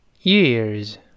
Years